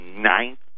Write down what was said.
ninth